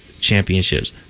championships